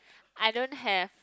I don't have